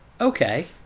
okay